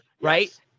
right